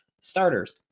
starters